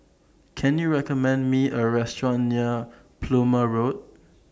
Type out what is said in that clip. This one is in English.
Can YOU recommend Me A Restaurant near Plumer Road